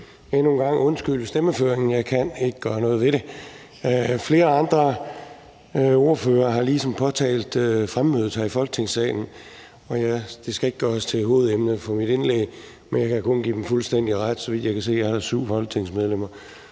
det. Endnu en gang undskyld for stemmeføringen. Jeg kan ikke gøre noget ved det. Flere andre ordførere har påtalt fremmødet her i Folketingssalen. Det skal ikke gøres til hovedemne for mit indlæg, men jeg kan kun give dem fuldstændig ret. Så vidt jeg kan se, er der syv folketingsmedlemmer